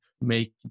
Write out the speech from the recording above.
make